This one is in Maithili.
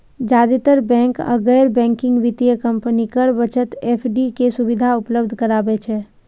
जादेतर बैंक आ गैर बैंकिंग वित्तीय कंपनी कर बचत एफ.डी के सुविधा उपलब्ध कराबै छै